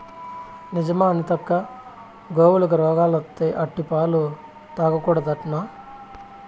నిజమా అనితక్కా, గోవులకి రోగాలత్తే ఆటి పాలు తాగకూడదట్నా